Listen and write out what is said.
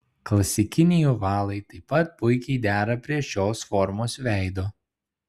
klasikiniai ovalai taip pat puikiai dera prie šios formos veido